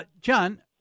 John